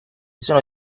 sono